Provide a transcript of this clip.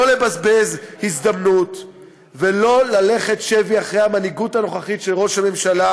לא לבזבז הזדמנות ולא ללכת שבי אחרי המנהיגות הנוכחית של ראש הממשלה,